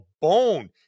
bone